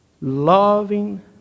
loving